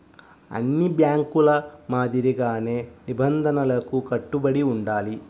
అన్ని బ్యేంకుల మాదిరిగానే నిబంధనలకు కట్టుబడి ఉండాలి